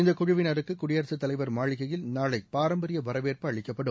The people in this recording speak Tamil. இந்த குழுவினருக்கு குடியரசுத்தலைவர் மாளிகையில் நாளை பாரம்பரிய வரவேற்பு அளிக்கப்படும்